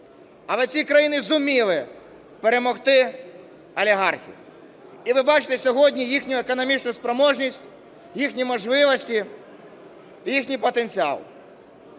Але ці країни зуміли перемогти олігархів і ви бачите сьогодні їхню економічну спроможність, їхні можливості, їхній потенціал.